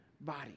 body